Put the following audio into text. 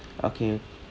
okay